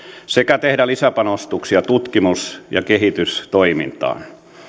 sekä tehdä lisäpanostuksia tutkimus ja kehitystoimintaan